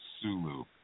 Sulu